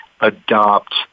adopt